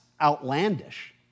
outlandish